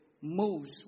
moves